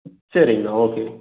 சரிங்கண்ணா ஓகே